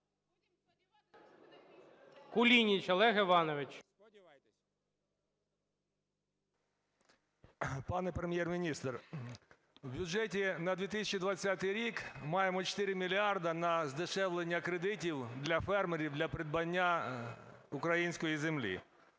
КУЛІНІЧ О.І. Пане Прем'єр-міністре, в бюджеті на 2020 рік маємо 4 мільярди на здешевлення кредитів для фермерів для придбання української землі.